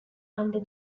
under